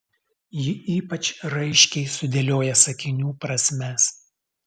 ji ypač raiškiai sudėlioja sakinių prasmes